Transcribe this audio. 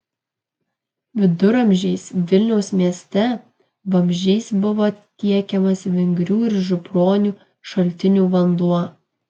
viduramžiais vilniaus mieste vamzdžiais buvo tiekiamas vingrių ir župronių šaltinių vanduo